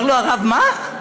אומר לו הרב: מה?